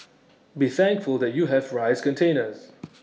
be thankful that you have rice containers